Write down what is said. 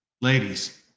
Ladies